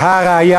והא ראיה,